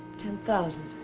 ten thousand.